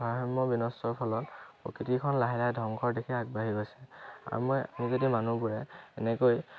পাহাৰসমূহ বিনষ্টৰ ফলত প্ৰকৃতিখন লাহে লাহে ধ্বংসৰ দিশে আগবাঢ়ি গৈছে আৰু মই আমি যদি মানুহবোৰে এনেকৈ